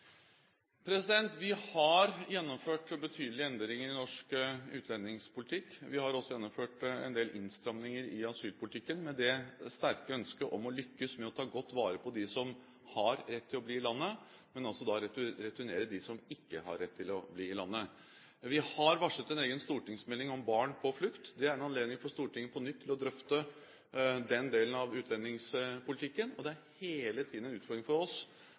Vi har gjennomført betydelige endringer i norsk utlendingspolitikk. Vi har også gjennomført en del innstramninger i asylpolitikken, med et sterkt ønske om å lykkes med å ta godt vare på dem som har rett til å bli i landet, men returnere dem som ikke har rett til å bli i landet. Vi har varslet en egen stortingsmelding om barn på flukt, det er en anledning for Stortinget til på nytt å drøfte den delen av utlendingspolitikken. Og det er hele tiden en utfordring for oss